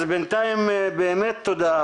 אז בינתיים באמת תודה,